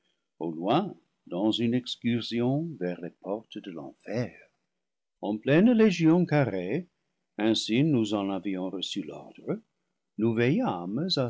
au loin dans une excursion vers les portes de l'enfer en pleine légion carrée ainsi nous en avions reçu l'ordre nous veillâmes à